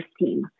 team